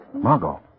Margot